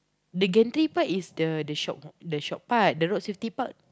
the gantry part is the the shop the shop the road safety park